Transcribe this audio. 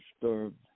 disturbed